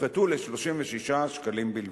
הופחתו ל-36 שקלים בלבד.